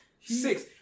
six